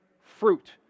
fruit